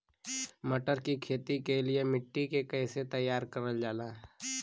मटर की खेती के लिए मिट्टी के कैसे तैयार करल जाला?